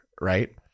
right